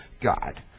God